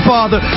Father